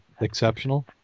exceptional